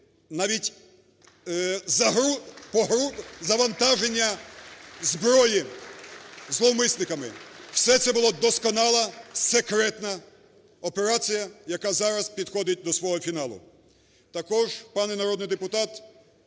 навіть завантаження зброї зловмисниками. Все це було досконало секретна операція, яка зараз підходить до свого фіналу. Також, пане народний депутат,